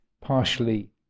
partially